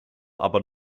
aber